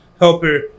helper